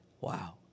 Wow